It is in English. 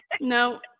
No